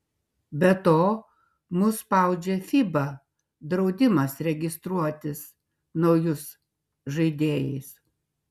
be to mus spaudžia fiba draudimas registruotis naujus žaidėjais